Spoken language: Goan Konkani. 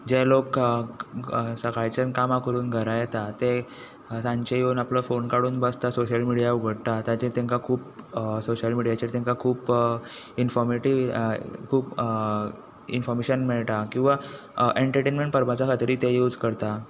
जे लोक सकाळचे काम करून घरा येता ते सांजचे येवून आपलो फोन काडून बसता सोशियल मिडिया उगडटा ताचेर तांकां खूब सोशियल मिडियाचेर तांकां खूब इन्फोर्मटीव्ह खूब इन्फोर्मेशन मेळटा किंवा एन्टर्टेंनमॅन्ट पर्पझा खातीरूय ते यूज करता